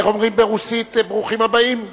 איך אומרים ברוסית "ברוכים הבאים"?